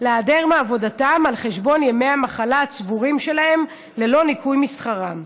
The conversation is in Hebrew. להיעדר מעבודתם על חשבון ימי המחלה הצבורים שלהם ללא ניכוי משכרם.